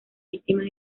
víctimas